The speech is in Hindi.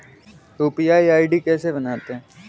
यू.पी.आई आई.डी कैसे बनाते हैं?